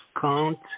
count